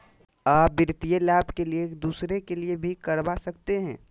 आ वित्तीय लाभ के लिए दूसरे के लिए भी करवा सकते हैं?